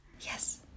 Yes